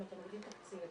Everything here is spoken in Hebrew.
אם --- תקציב,